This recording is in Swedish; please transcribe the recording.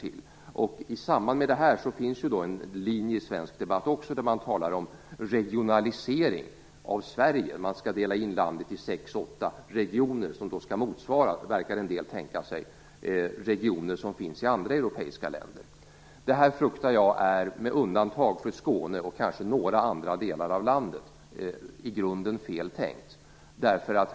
I samband med det finns också i svensk debatt en linje där man talar om regionalisering av Sverige. Man skall dela in landet i 6-8 regioner som skall motsvara, verkar en del tänka sig, regioner som finns i andra europeiska länder. Jag fruktar att detta, med undantag för det som gäller Skåne och kanske några andra delar av landet, är i grunden fel tänkt.